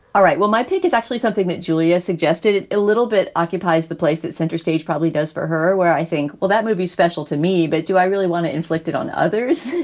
all right. well, my take is actually something that julia suggested a little bit occupies the place that center stage probably does for her, where i think, well, that may be special to me, but do i really want to inflicted on others?